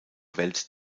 welt